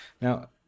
Now